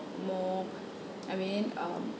more I mean um